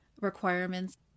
requirements